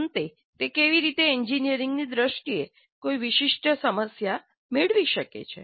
અંતે તે કેવી રીતે એન્જિનિયરિંગની દ્રષ્ટિએ કોઈ વિશિષ્ટ સમસ્યા મેળવી શકે છે